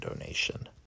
donation